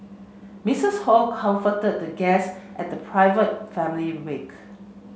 Mistress Ho comforted the guests at the private family wake